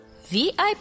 VIP